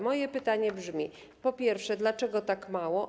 Moje pytania brzmią: Po pierwsze, dlaczego tak mało?